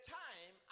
time